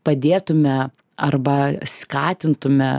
padėtume arba skatintume